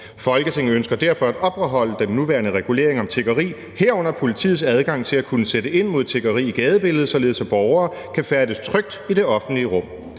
Folketinget ønsker derfor at opretholde den nuværende regulering om tiggeri, herunder politiets adgang til at kunne sætte ind mod tiggeri i gadebilledet, således at borgere kan færdes trygt i det offentlige rum.